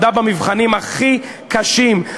עמדה במבחנים הכי קשים.